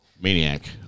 maniac